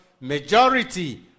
majority